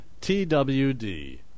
TWD